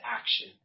action